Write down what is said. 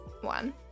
one